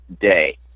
day